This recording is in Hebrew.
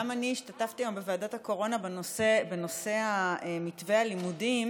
גם אני השתתפתי היום בוועדת הקורונה בנושא מתווה הלימודים,